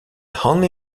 only